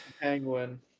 Penguin